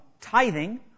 tithing